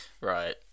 Right